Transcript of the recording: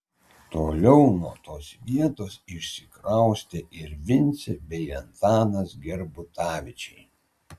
toliau nuo tos vietos išsikraustė ir vincė bei antanas gerbutavičiai